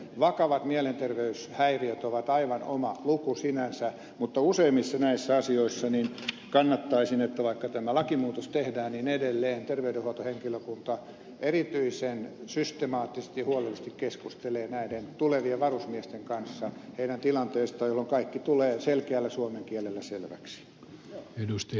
vakavat mielenterveyshäiriöt ovat aivan oma luku sinänsä mutta useimmissa näissä asioissa kannattaisin että vaikka tämä lakimuutos tehdään niin edelleen terveydenhuoltohenkilökunta erityisen systemaattisesti ja huolellisesti keskustelee näiden tulevien varusmiesten kanssa heidän tilanteestaan jolloin kaikki tulee selkeällä suomen kielellä selväksi